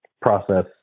process